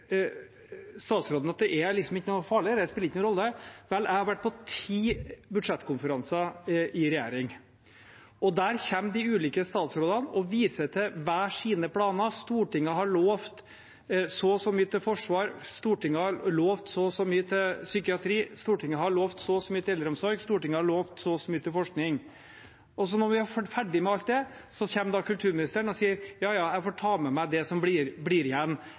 statsråden at det er liksom ikke noe farlig, dette, det spiller ingen rolle. Vel, jeg har vært på ti budsjettkonferanser i regjering. Der kommer de ulike statsrådene og viser til hver sin plan. Stortinget har lovt så og så mye til forsvar, Stortinget har lovt så og så mye til psykiatri, Stortinget har lovt så og så mye til eldreomsorg og Stortinget har lovt så og så mye til forskning. Når man er ferdig med alt dette, kommer kulturministeren og sier: Ja, ja, jeg får ta med meg det som blir igjen